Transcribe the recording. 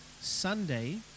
Sunday